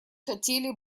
хотели